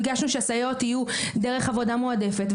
ביקשנו שהסייעות יהיו דרך עבודה מועדפת,